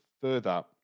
further